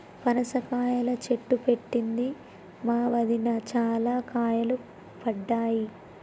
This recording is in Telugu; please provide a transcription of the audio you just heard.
పనస కాయల చెట్టు పెట్టింది మా వదిన, చాల కాయలు పడ్డాయి